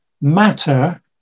matter